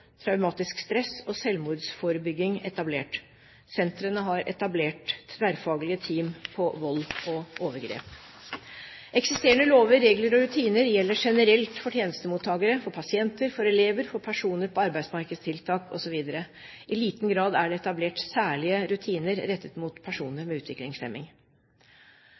traumatisk stress og selvmordsforebygging etablert. Sentrene har etablert tverrfaglige team på vold og overgrep. Eksisterende lover, regler og rutiner gjelder generelt for tjenestemottakere, for pasienter, for elever, for personer på arbeidsmarkedstiltak osv. I liten grad er det etablert særlige rutiner rettet mot personer med utviklingshemming.